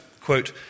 quote